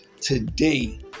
Today